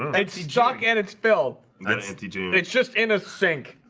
its its jockey and it's bill tg it's just in a sink,